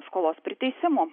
skolos priteisimo